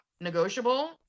negotiable